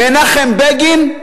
מנחם בגין,